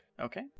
Okay